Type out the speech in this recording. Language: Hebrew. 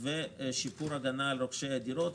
ושיפור ההגנה על רוכשי דירות,